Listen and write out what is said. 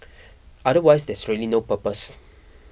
otherwise there's really no purpose